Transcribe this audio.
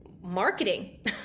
marketing